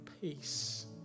peace